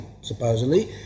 supposedly